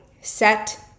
set